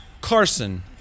Carson